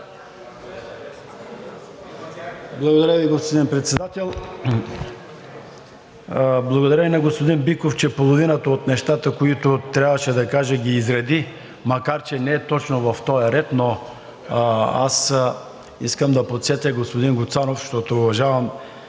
Благодаря Ви, господин Председател. Благодаря и на господин Биков, че половината от нещата, които трябваше да кажа, ги изреди, макар че не точно в този ред. Аз искам да подсетя господин Гуцанов, защото уважавам